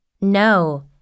No